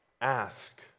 ask